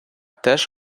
теж